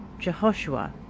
Jehoshua